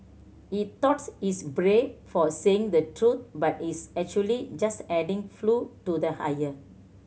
he thoughts he's brave for saying the truth but he's actually just adding flew to the hire